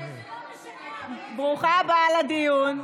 ברוכה הבאה לדיון.